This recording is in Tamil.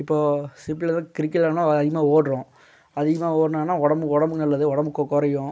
இப்போது சிம்பிளா எதோ கிரிக்கெட் விளாண்டோம்னா அதிகமாக ஓடுறோம் அதிகமாக ஓடினோன்னா உடம்பு உடம்புக்கு நல்லது உடம்புக்கு குறையும்